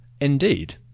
Indeed